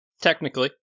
Technically